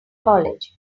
college